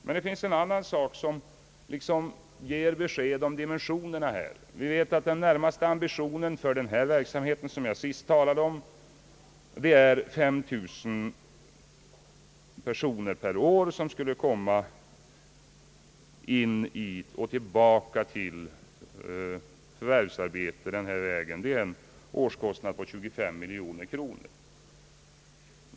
Men det finns en annan sak, som liksom ger ett besked om dimensioner na i denna fråga. Vi vet att den närmaste ambitionen för den verksamhet, som jag sist talade om, är att 5 000 personer per år denna väg skulle komma in i eller tillbaka till förvärvsarbete. Det innebär en årskostnad på 25 miljoner kronor.